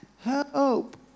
help